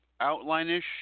outline-ish